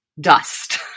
dust